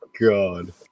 god